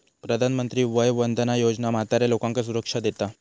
प्रधानमंत्री वय वंदना योजना म्हाताऱ्या लोकांका सुरक्षा देता